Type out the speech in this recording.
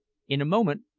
in a moment,